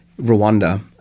Rwanda